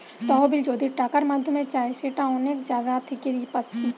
তহবিল যদি টাকার মাধ্যমে চাই সেটা অনেক জাগা থিকে পাচ্ছি